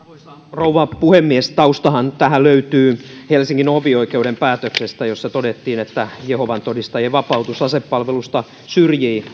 rouva puhemies taustahan tähän löytyy helsingin hovioikeuden päätöksestä jossa todettiin että jehovan todistajien vapautus asepalvelusta syrjii